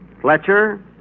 Fletcher